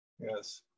yes